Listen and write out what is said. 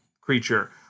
creature